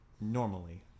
normally